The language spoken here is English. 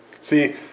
See